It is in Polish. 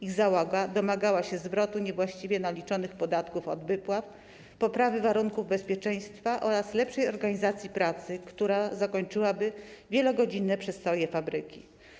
Ich załoga domagała się zwrotu niewłaściwie naliczanych podatków od wypłat, poprawy warunków bezpieczeństwa oraz lepszej organizacji pracy, która zakończyłaby wielogodzinne przestoje fabryki.